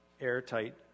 airtight